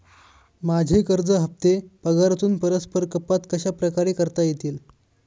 माझे कर्ज हफ्ते पगारातून परस्पर कपात कशाप्रकारे करता येतील?